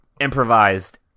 improvised